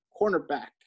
cornerback